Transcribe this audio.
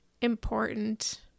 important